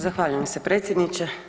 Zahvaljujem se predsjedniče.